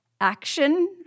action